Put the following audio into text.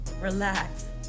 relax